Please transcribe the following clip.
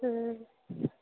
हुँ